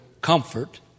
comfort